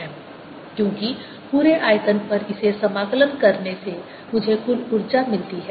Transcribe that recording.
W120dr BA AB120drB2 120dr ABdr B220 क्योंकि पूरे आयतन पर इसे समाकलन करने से मुझे कुल ऊर्जा मिलती है